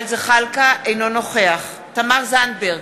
אינו נוכח תמר זנדברג,